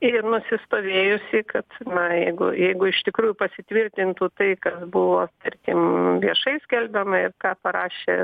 ir nusistovėjusį kad na jeigu jeigu iš tikrųjų pasitvirtintų tai kas buvo tarkim viešai skelbiama ir ką parašė